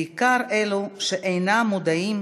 בעיקר לאלה שאינם מודעים